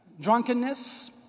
Drunkenness